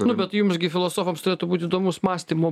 nu bet jums gi filosofams turėtų būt įdomus mąstymo